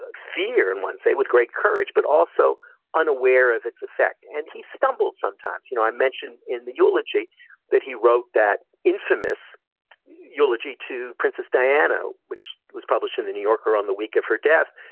ah fear and one say with great courage, but also unaware of its effect. and he stumbled sometimes. you know, i mentioned in the eulogy that he wrote that infamous eulogy to princess diana, which was published in the new yorker on the week of her death,